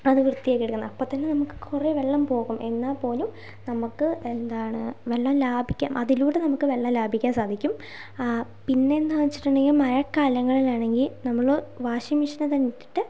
അത് വൃത്തിയാക്കിയെടുക്കുന്നത് അപ്പോൾത്തന്നെ നമുക്ക് കുറേ വെള്ളം പോകും എന്നാൽപ്പോലും നമ്മൾക്ക് എന്താണ് വെള്ളം ലാഭിക്കാം അതിലൂടെ നമ്മൾക്ക് വെള്ളം ലാഭിക്കാൻ സാധിക്കും പിന്നെ എന്നു വച്ചിട്ടുണ്ടെങ്കിൽ മഴക്കാലങ്ങളിലാണെങ്കിൽ നമ്മൾ വാഷിംഗ് മെഷീനിൽ തന്നെ ഇട്ടിട്ട്